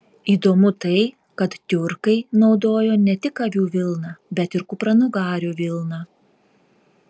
įdomu tai kad tiurkai naudojo ne tik avių vilną bet ir kupranugarių vilną